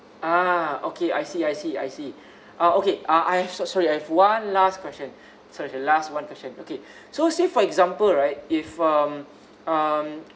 ah okay I see I see I see uh okay uh I've sorry sorry I've one last question sorry sorry last one question okay so say for example right if um um